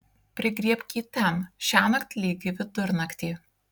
prigriebk jį ten šiąnakt lygiai vidurnaktį